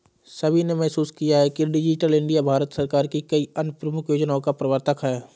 सभी ने महसूस किया है कि डिजिटल इंडिया भारत सरकार की कई अन्य प्रमुख योजनाओं का प्रवर्तक है